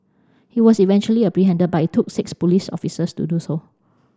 he was eventually apprehended but it took six police officers to do so